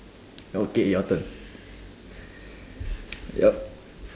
okay your turn yup